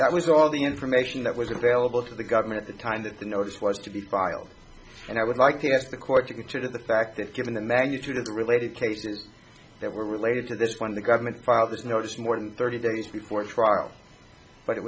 that was all the information that was available to the government at the time that the notice was to be filed and i would like to ask the court to consider the fact that given the magnitude of the related cases that were related to this when the government filed this notice more than thirty days before trial but it